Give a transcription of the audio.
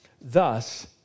thus